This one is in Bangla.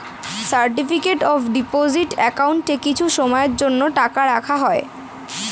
সার্টিফিকেট অফ ডিপোজিট অ্যাকাউন্টে কিছু সময়ের জন্য টাকা রাখা হয়